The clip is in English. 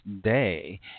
Day